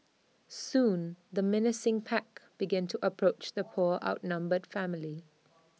soon the menacing pack begin to approach the poor outnumbered family